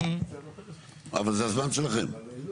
אבל זה הזמן שלכם.